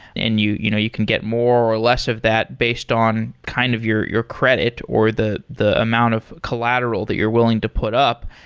and you you know you can get more or less of that based on kind of your your credit, or the the amount of collateral that you're willing to put up.